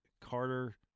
Carter